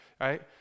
right